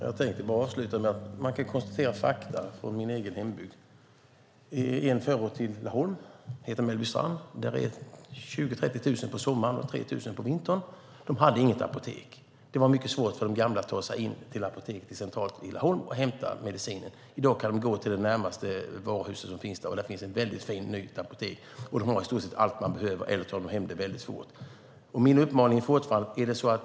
Fru talman! Man kan konstatera faktum. I min egen hembygd, en förort till Laholm som heter Mellbystrand, är det 20 000-30 000 invånare på sommaren och 3 000 på vintern. Där fanns inget apotek. Det var mycket svårt för de gamla att ta sig in till apoteket i centrala Laholm för att hämta medicin. I dag kan de gå till närmaste varuhus. Där finns det ett fint nytt apotek som har i stort sett allt man behöver, eller också tar de hem det väldigt fort.